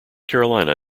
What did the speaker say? carolina